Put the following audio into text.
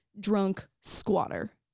drunk squatter.